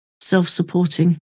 self-supporting